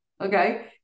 okay